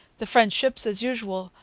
the french ships, as usual,